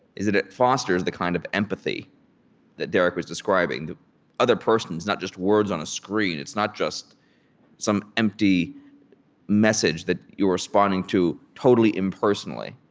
is that it fosters the kind of empathy that derek was describing. the other person is not just words on a screen. it's not just some empty message that you're responding to, totally impersonally.